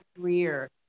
career